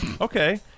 Okay